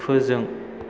फोजों